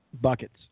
Buckets